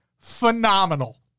Phenomenal